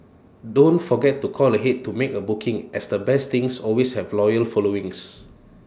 don't forget to call ahead to make A booking as the best things always have loyal followings